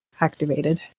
activated